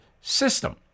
system